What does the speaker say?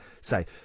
say